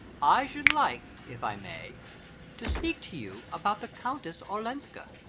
i should like if i may to speak to you about the countess olenska.